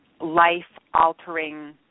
life-altering